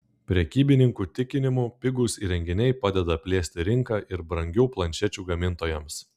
prekybininkų tikinimu pigūs įrenginiai padeda plėsti rinką ir brangių planšečių gamintojams